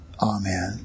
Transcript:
Amen